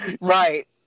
Right